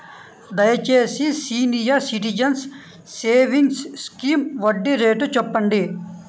దయచేసి senior citizens savings scheme వడ్డీ rate చెప్పండి